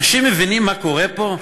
אנשים מבינים מה קורה פה?